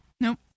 Nope